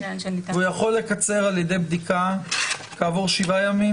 והוא יכול לקצר על ידי בדיקה כעבור שבעה ימים.